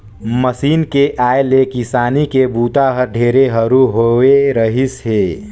machine के आए ले किसानी के बूता हर ढेरे हरू होवे रहीस हे